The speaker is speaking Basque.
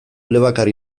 elebakar